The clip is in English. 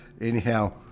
anyhow